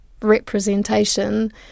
representation